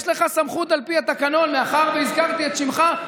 יש לך סמכות, על פי התקנון, מאחר שהזכרתי את שמך.